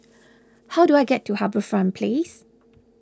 how do I get to HarbourFront Place